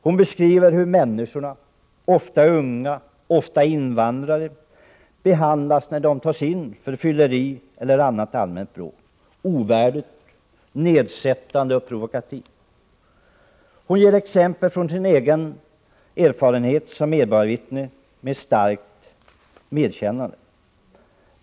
Hon beskriver hur människor, ofta unga och invandrare, behandlas när de tas in för fylleri eller annat allmänt bråk; ovärdigt, nedsättande och provokativt. Hon ger exempel från sin egen erfarenhet som medborgarvittne med starkt medkännande. Herr talman!